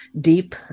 deep